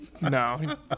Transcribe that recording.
No